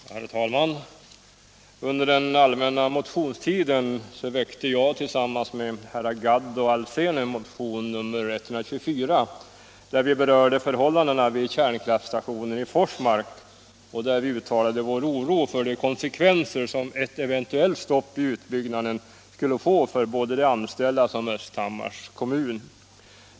Herr talman! Under den allmänna motionstiden väckte jag tillsammans med herrar Gadd och Alsén en motion, nr 124, där vi berörde förhållandena vid kärnkraftstationen i Forsmark och där vi uttalade vår oro för de konsekvenser som ett eventuellt stopp i utbyggnaden skulle få för både de anställda och Östhammars kommun.